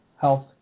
health